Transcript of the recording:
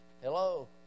Hello